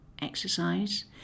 exercise